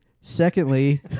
Secondly